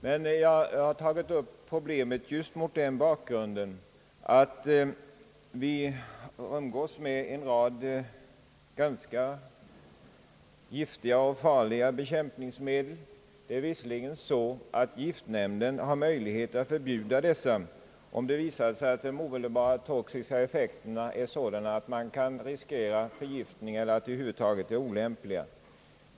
Jag har dock tagit upp problemet just mot den bakgrunden att vi umgås med en rad ganska giftiga och farliga bekämpningsmedel, där giftnämnden har möjlighet att förbjuda dessa om det visar sig att de omedelbara toxiska effekterna är sådana att man kan riskera förgiftningar eller att de över huvud taget är olämpliga.